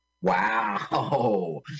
Wow